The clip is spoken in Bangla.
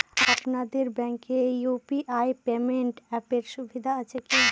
আপনাদের ব্যাঙ্কে ইউ.পি.আই পেমেন্ট অ্যাপের সুবিধা আছে কি?